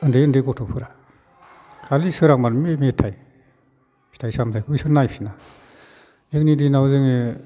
उन्दै उन्दै गथ'फोरा खालि सोरांबानो बे मेथाइ फिथाइ सामथाइखौ बिसोर नायफिना जोंनि दिनाव जोङो